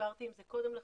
דיברתי על זה קודם לכן,